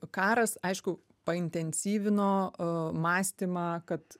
karas aišku paintensyvino a mąstymą kad